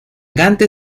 gante